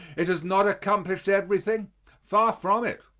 it has not accomplished everything far from it.